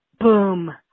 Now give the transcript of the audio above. Boom